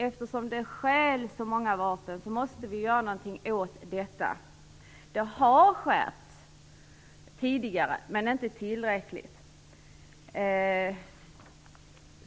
Eftersom det stjäls så många vapen måste vi göra något åt denna. Kraven har skärpts tidigare men inte tillräckligt.